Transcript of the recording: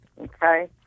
okay